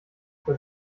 das